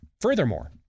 Furthermore